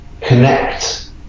connect